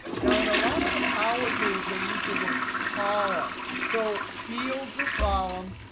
now, in a lot of the power tools, they use the word column. so fields or columns,